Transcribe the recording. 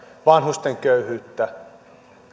vanhusten köyhyyttä